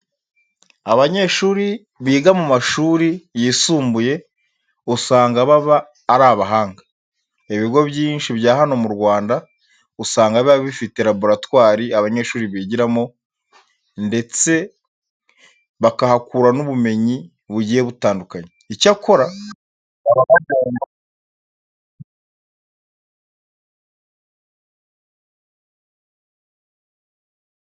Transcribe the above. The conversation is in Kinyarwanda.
Abanyeshuri biga mu mashuri yisumbuye usanga baba ari abahanga. Ibigo byinshi bya hano mu Rwanda usanga biba bifite laboratwari abanyeshuri bigiramo ndetse bakahakura n'ubumenyi bugiye butandukanye. Icyakora, baba bagomba kwitwararika mu gihe bagiye muri iki cyumba.